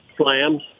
slams